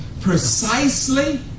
precisely